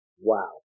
Wow